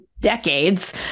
decades